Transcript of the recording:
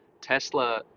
Tesla